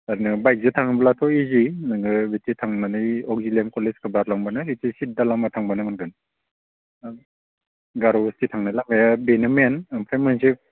ओरैनो बाइकजों थाङोब्लाथ' इजि नोङो बिथिं थांनानै अक्जिलेन कलेजखौ बारलांबानो बिथिं सिद्दा लामा थांबानो मोनगोन गार' बस्ति थांनाय लामाया बेनो मैन ओमफ्राय मोनसे